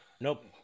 Nope